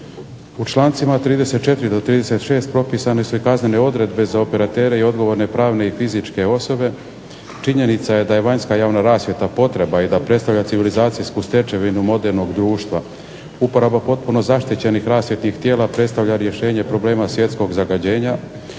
U člancima 34. do 36. propisane su i kaznene odredbe za operatere i odgovorne pravne i fizičke osobe, činjenica je da je vanjska javna rasvjeta potreba i da predstavlja civilizacijsku stečevinu modernog društva, upravo potpuno zaštićenih rasvjetnih tijela predstavlja rješenje problema svjetskog zagađenja,